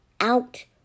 out